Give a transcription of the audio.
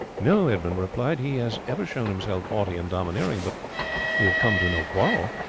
no, edmund replied. he has ever shown himself haughty and domineering, but we have come to no quarrel.